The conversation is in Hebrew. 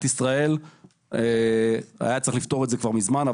ישראל אז היה צריך לפתור את זה כבר מזמן.